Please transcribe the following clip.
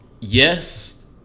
yes